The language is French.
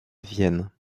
vienne